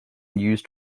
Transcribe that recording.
used